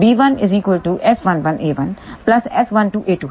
तो b1S11a1S12a2 है तो प्लस S12 a2